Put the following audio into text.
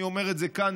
אני אומר את זה כאן,